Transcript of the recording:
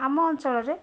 ଆମ ଅଞ୍ଚଳରେ